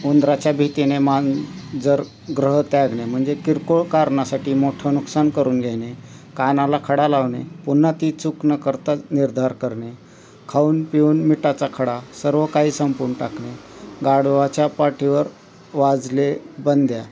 उंदराच्या भीतीने मांजर गृह त्यागणे म्हणजे किरकोळ कारणासाठी मोठं नुकसान करून घेणे कानाला खडा लावणे पुन्हा ती चुक नं करता निर्धार करणे खाऊन पिऊन मिठाचा खडा सर्व काही संपून टाकणे गाढवाच्या पाठीवर वाजले बंद्या